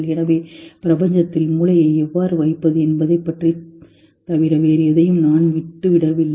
எனவே பிரபஞ்சத்தில் மூளையை எவ்வாறு வைப்பது என்பதைத் தவிர வேறு எதையும் நான் விட்டுவிடவில்லை